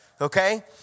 Okay